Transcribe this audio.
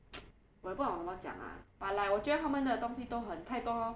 我也不懂怎么讲 ah but like 我觉得他们的东西都很太多